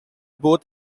both